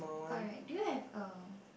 alright do you have uh